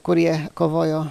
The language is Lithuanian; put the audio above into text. kurie kovojo